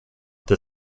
the